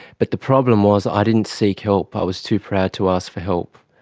but the problem was i didn't seek help. i was too proud to ask for help,